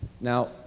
now